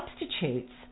substitutes